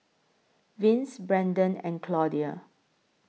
Vince Brenden and Claudia